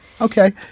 Okay